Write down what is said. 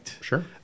Sure